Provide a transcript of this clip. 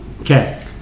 Okay